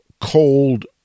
cold